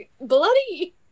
bloody